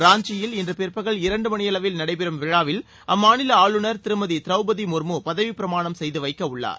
ராஞ்சியில் இன்று பிற்பகல் இரண்டுமணியளவில் நடைபெறும் விழாவில் அம்மாநில ஆளுநர் திருமதி திரௌபதி முர்மு பதவிப்பிரமாணம் செய்து வைக்க உள்ளார்